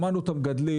שמענו את המגדלים,